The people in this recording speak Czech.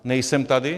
Nejsem tady?